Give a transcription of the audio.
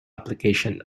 application